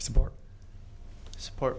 support support